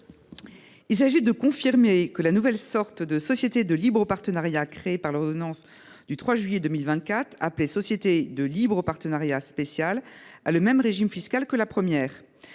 Il s’agit de confirmer que la nouvelle sorte de société de libre partenariat créée par l’ordonnance du 3 juillet 2024 appelée « société de libre partenariat spéciale » a le même régime fiscal que la première.